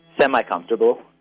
semi-comfortable